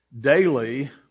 daily